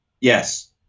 Yes